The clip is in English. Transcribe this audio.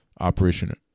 operation